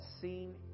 seen